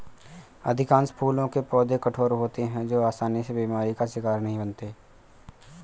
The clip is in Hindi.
अधिकांश फूलों के पौधे कठोर होते हैं जो आसानी से बीमारी का शिकार नहीं बनते